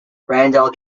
randall